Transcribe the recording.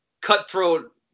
cutthroat